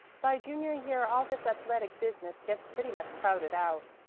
by junior year all this athletic business gets pretty much crowded out.